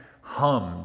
hummed